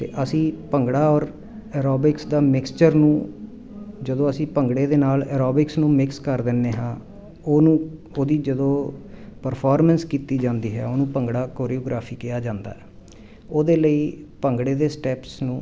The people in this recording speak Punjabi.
ਅਤੇ ਅਸੀਂ ਭੰਗੜਾ ਔਰ ਐਰੋਬੈਕਸ ਦਾ ਮਿਕਸਚਰ ਨੂੰ ਜਦੋਂ ਅਸੀਂ ਭੰਗੜੇ ਦੇ ਨਾਲ ਅਰੋਬਿਕਸ ਨੂੰ ਮਿਕਸ ਕਰ ਦਿੰਦੇ ਹਾਂ ਉਹਨੂੰ ਉਹਦੀ ਜਦੋਂ ਪਰਫੋਰਮੈਂਸ ਕੀਤੀ ਜਾਂਦੀ ਹੈ ਉਹਨੂੰ ਭੰਗੜਾ ਕੋਰੀਓਗ੍ਰਾਫੀ ਕਿਹਾ ਜਾਂਦਾ ਹੈ ਉਹਦੇ ਲਈ ਭੰਗੜੇ ਦੇ ਸਟੈਪਸ ਨੂੰ